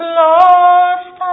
lost